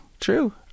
True